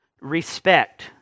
respect